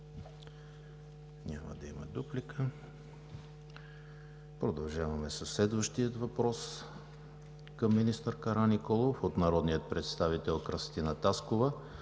Продължаваме със следващия въпрос към министър Караниколов от народния представител Кръстина Таскова